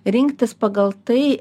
rinktis pagal tai